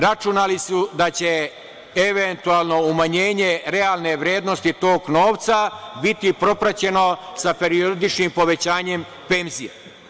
Računali su da će eventualno umanjenje realne vrednosti tog novca biti propraćeno periodičnim povećanjem penzija.